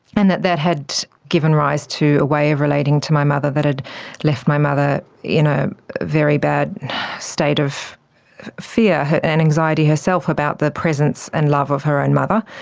and that that had given rise to a way of relating to my mother that had left my mother in a very bad state of fear and and anxiety herself about the presence and love of her own mother.